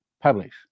Publish